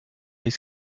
ice